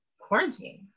quarantine